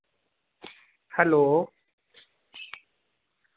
hello